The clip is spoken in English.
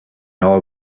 all